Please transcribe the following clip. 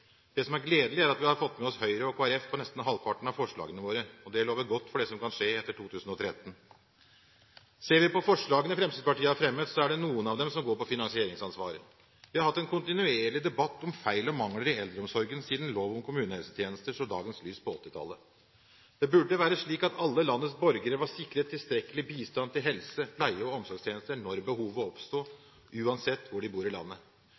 Det som er gledelig, er at vi har fått med oss Høyre og Kristelig Folkeparti på nesten halvparten av forslagene våre. Det lover godt for det som kan skje etter 2013. Ser vi på forslagene Fremskrittspartiet har fremmet, er det noen av dem som går på finansieringsansvaret. Vi har hatt en kontinuerlig debatt om feil og mangler i eldreomsorgen siden lov om kommunehelsetjenesten så dagens lys på 1980-tallet. Det burde være slik at alle landets borgere er sikret tilstrekkelig bistand til helse-, pleie- og omsorgstjenester når behovet oppstår, uansett hvor de bor i landet.